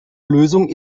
lösung